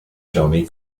jonny